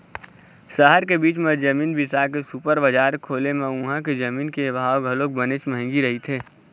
सहर के बीच म जमीन बिसा के सुपर बजार खोले म उहां के जमीन के भाव घलोक बनेच महंगी रहिथे